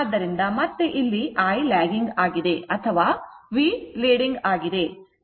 ಆದ್ದರಿಂದ ಮತ್ತೆ ಇಲ್ಲಿ I lagging ಆಗಿದೆ ಅಥವಾ V leading ಆಗಿದೆ